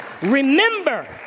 Remember